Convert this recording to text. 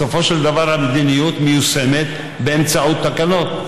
בסופו של דבר המדיניות מיושמת באמצעות תקנות,